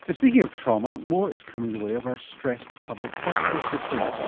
and speaking of trauma, more is coming the way of our stressed public hospital system.